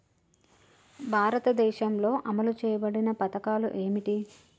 భారతదేశంలో అమలు చేయబడిన పథకాలు ఏమిటి?